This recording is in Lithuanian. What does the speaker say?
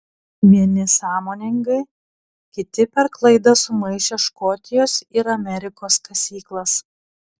vieni sąmoningai kiti per klaidą sumaišę škotijos ir amerikos kasyklas